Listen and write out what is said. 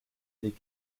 les